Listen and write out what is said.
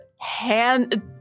hand